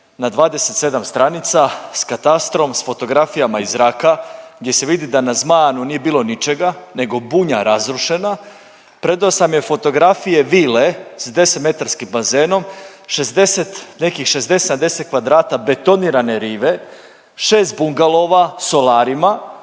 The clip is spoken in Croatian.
na 27 stranica s Katastrom, s fotografijama iz zraka, gdje se vidi da na Zmanu nije bilo ničega nego bunja razrušena. Predao sam joj fotografije vile s 10 metarskim bazenom, 60, nekih 60-70 kvadrata betonirane rive, 6 bungalova sa solarima